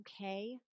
okay